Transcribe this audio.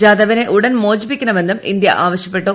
ജാദവിനെ ഉടൻ മോചിപ്പിക്കണമെന്നും ഇന്ത്യ ആവശ്യപ്പെട്ടു